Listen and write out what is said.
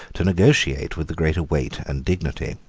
to negotiate with the greater weight and dignity.